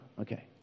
Okay